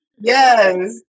yes